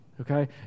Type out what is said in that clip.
okay